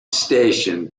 station